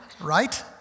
right